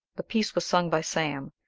the piece was sung by sam,